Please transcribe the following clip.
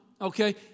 okay